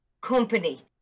company